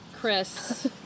Chris